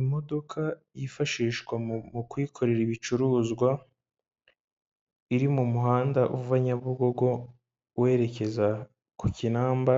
Imodoka yifashishwa mu kwikorera ibicuruzwa, iri mu muhanda uva nyabugogo werekeza ku Kinamba,